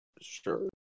Sure